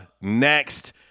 next